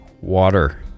water